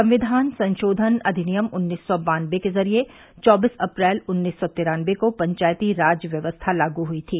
संविधान संशोधन अधिनियम उन्नीस सौ बानबे के जरिए चौबीस अप्रैल उन्नीस सौ तिरानबे को पंचायती राज व्यवस्था लागू हुई थी